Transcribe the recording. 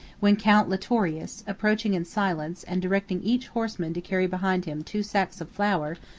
when count litorius, approaching in silence, and directing each horseman to carry behind him two sacks of flour,